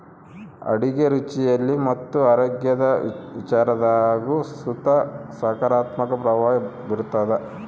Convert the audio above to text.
ಅಡುಗೆ ರುಚಿಯಲ್ಲಿ ಮತ್ತು ಆರೋಗ್ಯದ ವಿಚಾರದಾಗು ಸುತ ಸಕಾರಾತ್ಮಕ ಪ್ರಭಾವ ಬೀರ್ತಾದ